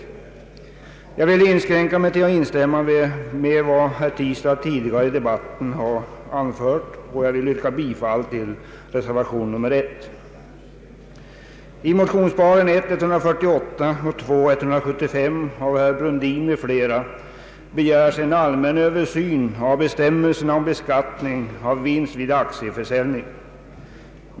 Jag vill inskränka mig till att instämma med vad herr Tistad i debatten tidigare har anfört och yrkar bifall till reservation nr 1. gius och Clarkson begärs en allmän översyn av bestämmelserna om beskattning av vinst vid aktieförsäljning.